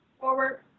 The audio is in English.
forward